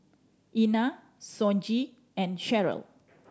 Ina Sonji and Sheryl